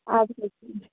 ആ അത്